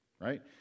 right